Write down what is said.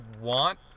want